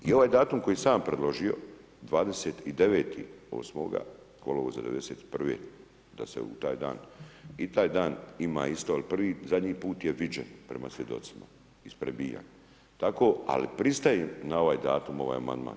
I ovaj datum koji sam ja predložio, 29. kolovoza 1991., da se u taj dan, i tad dan ima isto, ali zadnji put je viđen prema svjedocima, isprebijan, ali pristajem na ovaj datum, ovaj amandman.